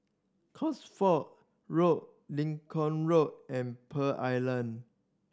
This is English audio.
Cosford Road Lincoln Road and Pearl Island